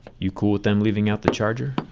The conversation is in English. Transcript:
you cool with them leaving out the charger?